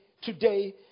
today